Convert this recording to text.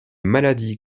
maladies